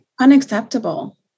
unacceptable